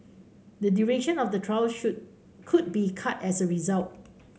the duration of the trial should could be cut as a result